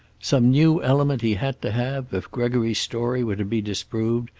some new element he had to have, if gregory's story were to be disproved,